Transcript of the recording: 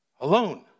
alone